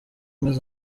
ubumwe